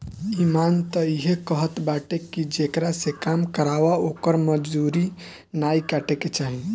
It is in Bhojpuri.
इमान तअ इहे कहत बाटे की जेकरा से काम करावअ ओकर मजूरी नाइ काटे के चाही